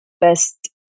Best